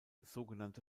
sogenannte